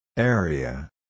Area